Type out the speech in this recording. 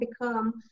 become